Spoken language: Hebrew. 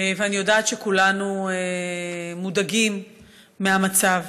אני יודעת שכולנו מודאגים מהמצב.